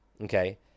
okay